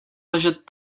ležet